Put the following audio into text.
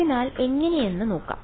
അതിനാൽ എങ്ങനെയെന്ന് നോക്കാം